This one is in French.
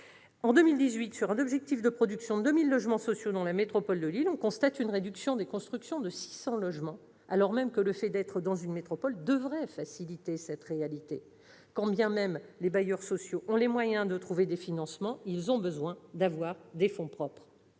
En 2018, sur un objectif de production de 2 000 logements sociaux dans la métropole de Lille, on constate une réduction des constructions de 600 logements, alors même que le fait d'être dans une métropole devrait faciliter le dispositif. Quand bien même les bailleurs sociaux ont les moyens de trouver des financements, ils ont besoin d'avoir des fonds propres.